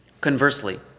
Conversely